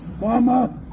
mama